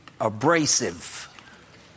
abrasive